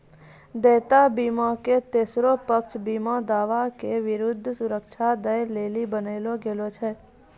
देयता बीमा के तेसरो पक्ष बीमा दावा के विरुद्ध सुरक्षा दै लेली बनैलो गेलौ छै